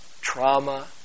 trauma